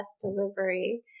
delivery